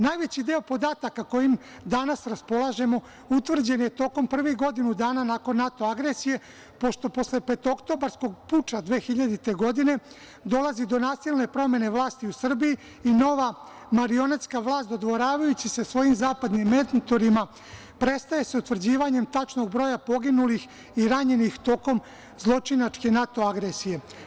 Najveći deo podataka kojim danas raspolažemo utvrđen je tokom prvih godinu dana nakon NATO agresije, pošto posle petooktobarskog puča 2000. godine dolazi do nasilne promene vlasti u Srbiji i nova marionetska vlast, dodvoravajući se svojim zapadnim mentorima, prestaje sa utvrđivanjem tačnog broja poginulih i ranjenih tokom zločinačke NATO agresije.